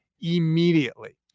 immediately